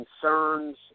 concerns